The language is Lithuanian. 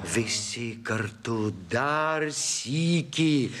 visi kartu dar sykį